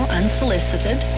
unsolicited